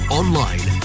online